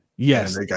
Yes